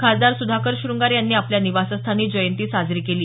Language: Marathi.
खासदार सुधाकर श्रंगारे यांनी आपल्या निवासस्थानी जयंती साजरी केली